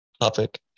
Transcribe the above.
topic